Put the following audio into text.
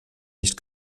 nicht